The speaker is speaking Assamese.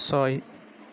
ছয়